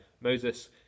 Moses